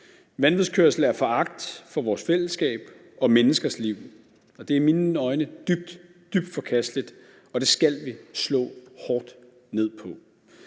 Vanvidskørsel er foragt for vores fællesskab og menneskers liv, og det er i mine øjne dybt, dybt forkasteligt, og det skal vi slå hårdt ned på.